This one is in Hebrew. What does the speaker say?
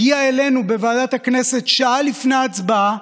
הוא הגיע אלינו לוועדת הכנסת שעה לפני ההצבעה.